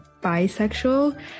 bisexual